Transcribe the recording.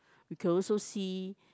we can also see